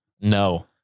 No